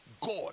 God